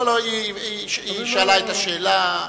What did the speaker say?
היא שאלה את השאלה.